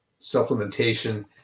supplementation